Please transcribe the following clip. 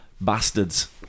bastards